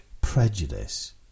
prejudice